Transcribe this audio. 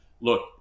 look